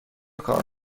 کار